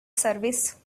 service